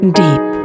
deep